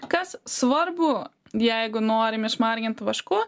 kas svarbu jeigu norim išmargint vašku